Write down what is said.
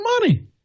money